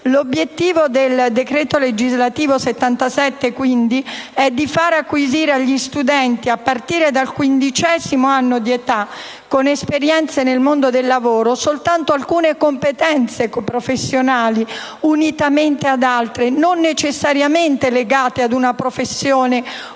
L'obiettivo del decreto legislativo n. 77, quindi, è di far acquisire agli studenti, a partire dal quindicesimo anno d'età, con esperienze nel mondo del lavoro, soltanto alcune competenze professionali unitamente ad altre non necessariamente legate ad una professione o ad